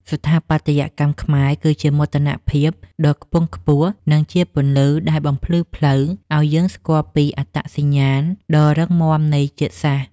ស្ថាបត្យកម្មខ្មែរគឺជាមោទនភាពដ៏ខ្ពង់ខ្ពស់ និង ជាពន្លឺដែលបំភ្លឺផ្លូវឱ្យយើងស្គាល់ពីអត្តសញ្ញាណដ៏រឹងមាំនៃជាតិសាសន៍។